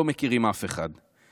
לא מכירים אף אחד.